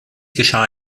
geschah